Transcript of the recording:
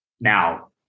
now